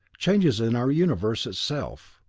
changes in our universe itself.